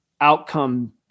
outcome